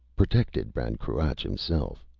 protected ban cruach himself.